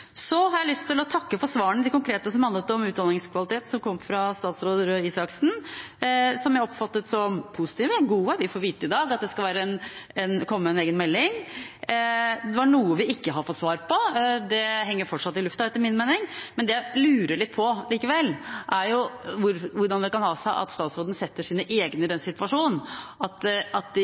Så har jeg lyst til å takke for de konkrete svarene som handlet om utdanningskvalitet, som kom fra statsråd Røe Isaksen, og som jeg oppfattet som positive og gode – vi får vite i dag at det skal komme en egen melding. Det var noe vi ikke fikk svar på – det henger fortsatt i lufta, etter min mening. Men jeg lurer likevel litt på hvordan det kan ha seg at statsråden setter sine egne i den situasjonen at de